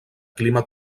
clima